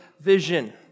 vision